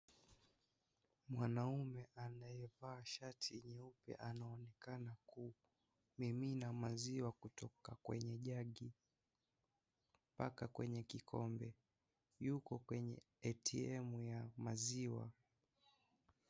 Mwanaume anayevaa shati nyeupe anaonekana kumimina maziwa kutoka kwenye jagi mpaka kwenye kikombe. Yuko kwenye ATM ya maziwa.